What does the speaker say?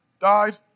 died